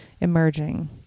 Emerging